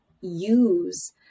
use